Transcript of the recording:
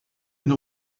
une